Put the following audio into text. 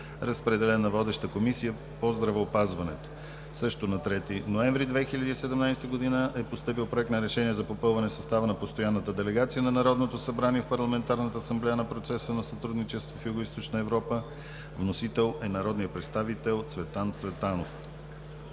Разпределен е на водеща Комисия по здравеопазването. На 3 ноември 2017 г. е постъпил Проект на Решение за попълване състава на Постоянната делегация на Народното събрание в Парламентарната асамблея на процеса на сътрудничество в Югоизточна Европа. Вносител е народният представител Цветан Цветанов.